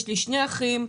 יש לי שני אחים,